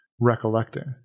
recollecting